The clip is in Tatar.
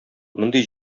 мондый